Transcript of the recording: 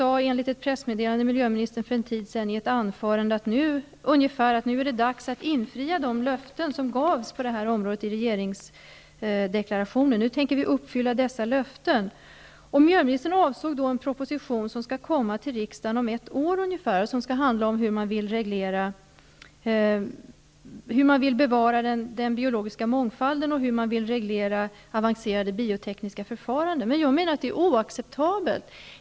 I ett pressmeddelande för en tid sedan uttalade miljöministern att det är dags att infria de löften som gavs på området i regeringsdeklarationen. Miljöministern avsåg då en proposition som skall läggas fram för riksdagen om ungefär ett år och som skall behandla frågan om hur den biologiska mångfalden skall bevaras och hur avancerade biotekniska förfaranden skall regleras. Det här är oacceptabelt.